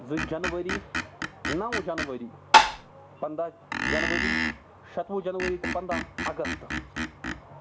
زٕ جَنؤری نَو جَنؤری پَنٛداہ جَنؤری شَتوُہ جَنؤری تہٕ پَنٛداہ اَگست